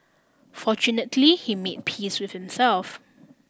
fortunately he made peace with himself